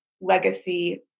legacy